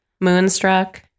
Moonstruck